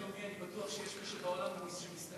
ביום הבין-לאומי אני בטוח שיש מי שבעולם מסתכל.